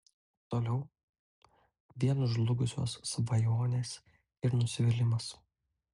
toliau vien žlugusios svajonės ir nusivylimas